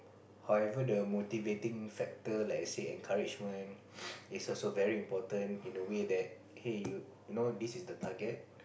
however the motivating factor like I said encouragement is also very important in a way that hey you know this is the target